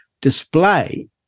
display